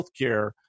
healthcare